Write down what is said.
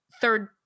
third